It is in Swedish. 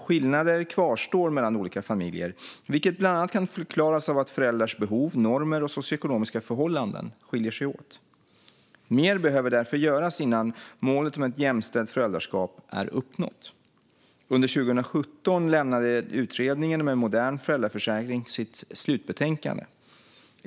Skillnader kvarstår också mellan olika familjer, vilket bland annat kan förklaras av att föräldrarnas behov, normer och socioekonomiska förhållanden skiljer sig åt. Mer behöver därför göras innan målet om ett jämställt föräldraskap är uppnått. Under 2017 lämnade Utredningen om en modern föräldraförsäkring sitt slutbetänkande.